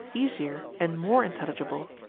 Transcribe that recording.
easier and more intelligible?